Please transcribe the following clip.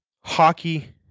Hockey